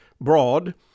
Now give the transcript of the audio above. broad